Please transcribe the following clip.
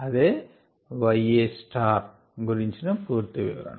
అదే yAగురించిన పూర్తి వివరణ